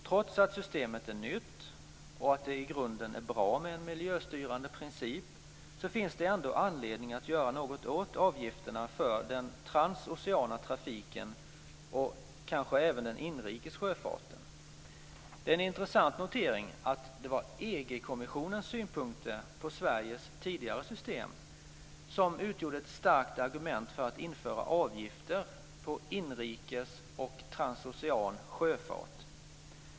Trots att systemet är nytt och att det i grunden är bra med en miljöstyrande princip finns det anledning att göra något åt avgifterna för den transoceana trafiken och kanske även den inrikes sjöfarten. Det är en intressant notering att det var EG-kommissionens synpunkter på Sveriges tidigare system som utgjorde ett starkt argument för att införa avgifter på inrikes och transocean sjöfart.